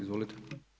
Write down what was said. Izvolite.